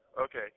Okay